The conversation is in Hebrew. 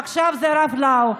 עכשיו זה הרב לאו.